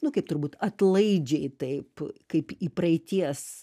nu kaip turbūt atlaidžiai taip kaip į praeities